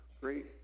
great